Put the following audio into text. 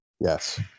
Yes